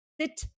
sit